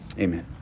Amen